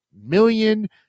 million